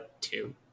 two